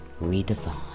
redefined